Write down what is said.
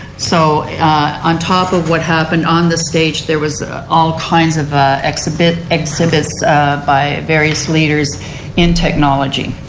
so on top of what happened on the stage there was all kinds of exhibits exhibits by various leaders in technology.